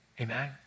Amen